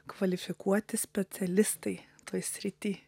kvalifikuoti specialistai toj srity